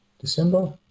december